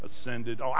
ascended